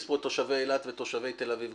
פה את תושבי אילת ותושבי תל אביב.